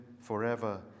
forever